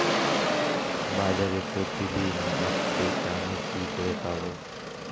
বাজারের প্রতিদিন আপডেট আমি কি করে পাবো?